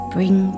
Bring